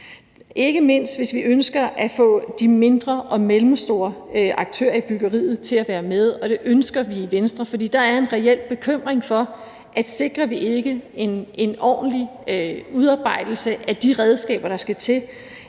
ikke mindst hvis vi ønsker at få de mindre og mellemstore aktører i byggeriet til at være med. Og det ønsker vi i Venstre, for der er en reel bekymring for, at sikrer vi ikke en ordentlig udarbejdelse af de redskaber, der skal til,